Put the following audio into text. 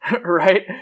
right